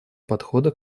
подхода